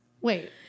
Wait